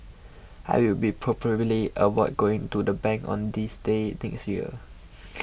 I will be probably avoid going to the bank on this day next year